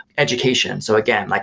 education. so again, like